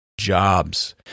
jobs